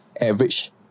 average